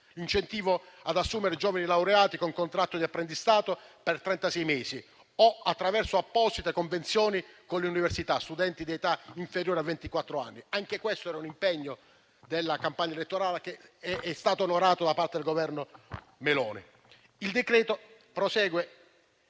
incentivo all'assunzione di giovani laureati con contratto di apprendistato per trentasei mesi o, attraverso apposite convenzioni con le università, per studenti di età inferiore a ventiquattro anni. Anche questo era un impegno della campagna elettorale che è stato onorato da parte del Governo Meloni. Il decreto-legge